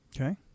Okay